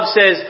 says